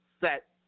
set